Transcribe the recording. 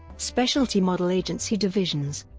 specialty model agency divisions